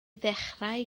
ddechrau